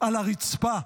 על הרצפה,